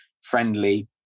friendly